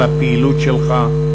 על הפעילות שלך.